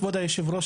כבוד יושב הראש,